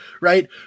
Right